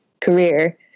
career